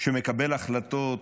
שמקבל החלטות